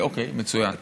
אוקיי, מצוין.